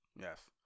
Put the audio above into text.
Yes